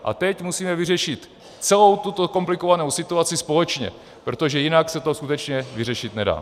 A teď musíme vyřešit celou tuto komplikovanou situaci společně, protože jinak se to skutečně vyřešit nedá!